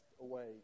away